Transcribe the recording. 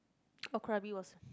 uh krabi was